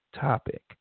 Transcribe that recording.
topic